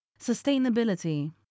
Sustainability